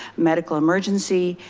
medical emergency.